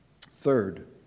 Third